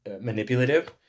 manipulative